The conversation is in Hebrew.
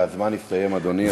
הזמן הסתיים, אדוני.